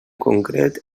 concret